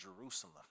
Jerusalem